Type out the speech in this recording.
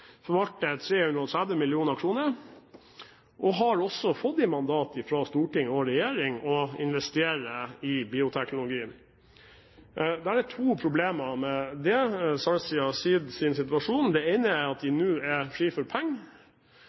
forvalter 330 mill. kr og har også fått i mandat av storting og regjering å investere i bioteknologien. Det er to problemer med Sarsia Seeds situasjon: Det ene er at de nå er fri for penger.